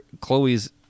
Chloe's